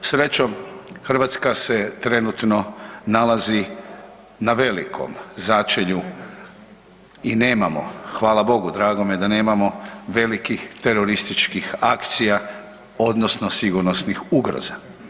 Srećom, Hrvatska se trenutno nalazi na velikom začelju i nemamo, hvala Bogu dragome, da nemamo velikih terorističkih akcija odnosno sigurnosnih ugroza.